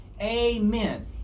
Amen